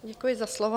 Děkuji za slovo.